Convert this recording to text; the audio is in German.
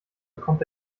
bekommt